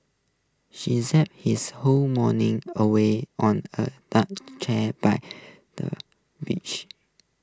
she said his whole morning away on A deck chair by the beach